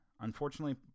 unfortunately